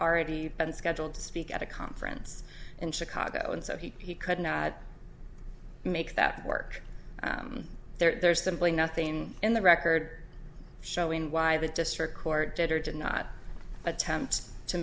already been scheduled to speak at a conference in chicago and so he couldn't make that work there's simply nothing in the record showing why the district court did or did not attempt to